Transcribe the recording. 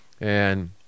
and-